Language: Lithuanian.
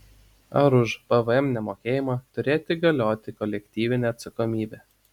ar už pvm nemokėjimą turėtų galioti kolektyvinė atsakomybė